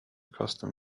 custom